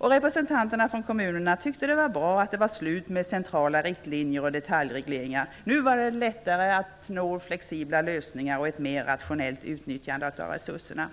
Representanterna från kommunerna tyckte att det var bra att det var slut på centrala riktlinjer och detaljregleringar. Nu var det lättare att nå flexibla lösningar och ett mer rationellt utnyttjande av resurserna.